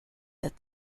that